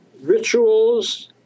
rituals